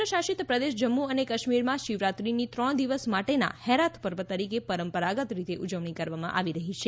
કેન્દ્રશાસિત પ્રદેશ જમ્મુ અને કાશ્મીરમાં શિવરાત્રીની ત્રણ દિવસ માટેના હેરાથ પર્વ તરીકે પરંપરાગત રીતે ઉજવણી કરવામાં આવી રહી છે